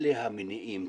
אלה המניעים.